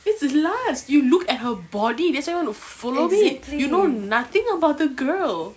this is lust you look at her body that's why you want to follow it you know nothing about the girl